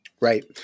Right